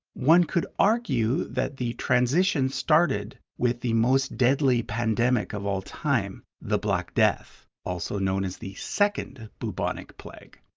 one could argue that the transition started with the most deadly pandemic of all time the black death, also known as the second bubonic plague.